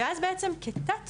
ואז בעצם כתת